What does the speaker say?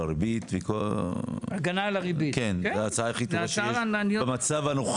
שבה הריבית היא 7% אחוזים בבנקים אל מול תשואה של 3% מהנכס בשכירות